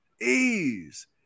Ease